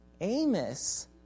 Amos